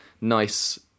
nice